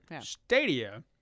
Stadia